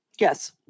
Yes